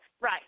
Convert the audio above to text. right